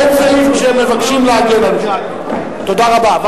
אין סעיף כשמבקשים להגן על מישהו.